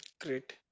Great